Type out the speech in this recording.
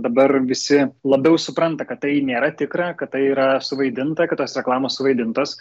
dabar visi labiau supranta kad tai nėra tikra kad tai yra suvaidinta kad tos reklamos suvaidintos